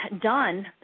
done